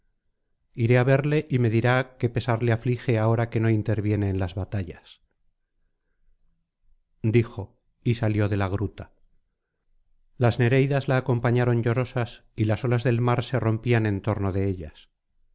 iré á verle y me dirá qué pesar le aflige ahora que no interviene en las batallas dijo y salió de la gruta las nereidas la acompañaron llorosas y las olas del mar se rompían en torno de ellas